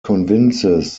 convinces